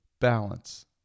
Balance